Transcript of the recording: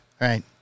Right